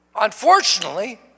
Unfortunately